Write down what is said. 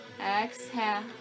Exhale